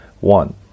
One